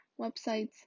websites